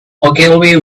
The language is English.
ogilvy